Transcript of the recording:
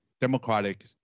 Democratic